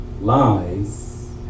lies